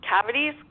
cavities